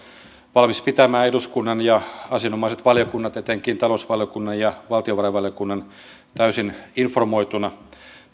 valmis pitämään eduskunnan ja asianomaiset valiokunnat etenkin talousvaliokunnan ja valtiovarainvaliokunnan täysin informoituina